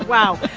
wow.